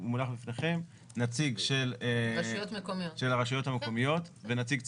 נציג של הרשויות המקומיות ונציג ציבור.